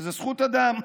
שזו זכות אדם.